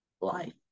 life